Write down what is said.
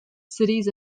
cities